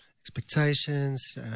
expectations